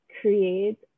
create